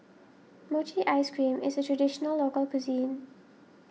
Mochi Ice Cream is a Traditional Local Cuisine